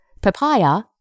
papaya